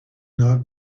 not